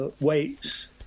weights